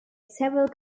several